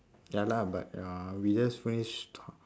ya lah but uh we just finished talk